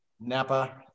napa